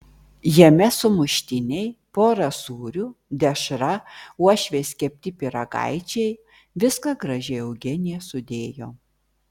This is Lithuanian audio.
jame sumuštiniai pora sūrių dešra uošvės kepti pyragaičiai viską gražiai eugenija sudėjo